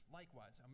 likewise